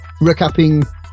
recapping